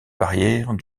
barrières